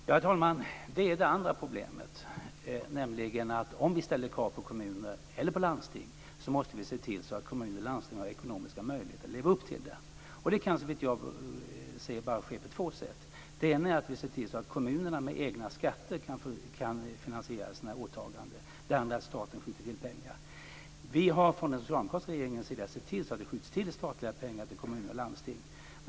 Herr talman! Det är det andra problemet. Om vi ställer krav på kommuner eller på landsting måste vi se till att kommuner och landsting har ekonomiska möjligheter att leva upp till det. Det kan såvitt jag ser det bara ske på två sätt. Det ena är att vi ser till att kommunerna med egna skatter kan finansiera sina åtaganden. Det andra är att staten skjuter till pengar. Vi har från den socialdemokratiska regeringens sida sett till att det skjuts till statliga pengar till kommuner och landsting.